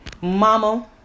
Mama